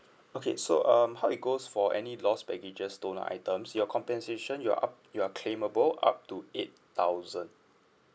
okay so um how it goes for any lost baggages stolen items your compensation you are up you are claimable up to eight thousand